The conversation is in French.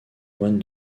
moine